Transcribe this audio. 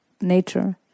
nature